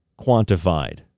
quantified